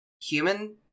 human